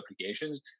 applications